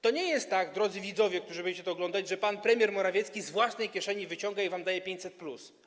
To nie jest tak, drodzy widzowie, którzy będziecie to oglądać, że pan premier Morawiecki z własnej kieszeni wyciąga i wam daje 500+.